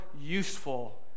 useful